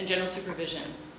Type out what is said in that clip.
and general supervision